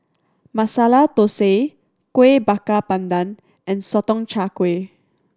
Masala Thosai Kuih Bakar Pandan and Sotong Char Kway